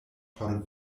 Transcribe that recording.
por